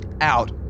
out